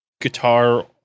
guitar